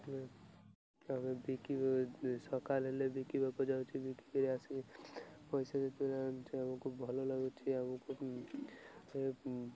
ଆମେ ବିକ ସକାଳ ହେଲେ ବିକିବାକୁ ଯାଉଛି ବିକିି କରି ଆସିକି ପଇସା ଯେତେବେଳେ ଆମକୁୁ ବି ଭଲ ଲାଗୁଛି ଆମକୁ